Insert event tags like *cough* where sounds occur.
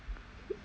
*laughs*